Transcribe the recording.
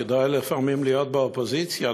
כדאי לפעמים להיות באופוזיציה,